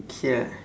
K lah